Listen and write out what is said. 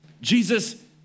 Jesus